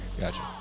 gotcha